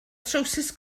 trowsus